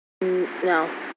No